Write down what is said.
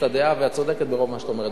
ואת צודקת ברוב מה שאת אומרת בעניין הזה.